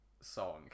song